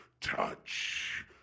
touch